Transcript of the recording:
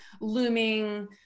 looming